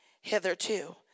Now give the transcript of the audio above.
hitherto